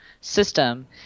system